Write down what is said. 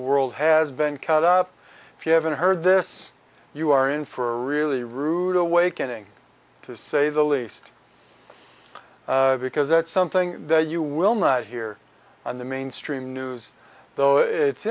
world has been cut up if you haven't heard this you are in for a really rude awakening to say the least because it's something that you will not hear on the mainstream news though it's